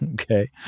Okay